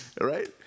right